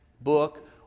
book